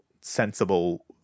sensible